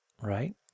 right